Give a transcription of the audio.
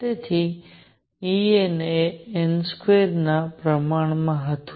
તેથી E n એ n સ્કવેરના પ્રમાણમાં હતું